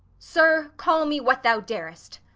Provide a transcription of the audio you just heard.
sir, call me what thou dar'st.